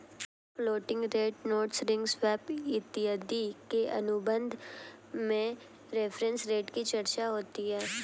floating rate notes ring swap इत्यादि के अनुबंध में रेफरेंस रेट की चर्चा होती है